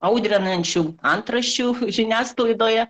audrinančių antraščių žiniasklaidoje